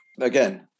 Again